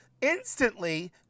instantly